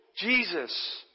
Jesus